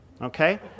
Okay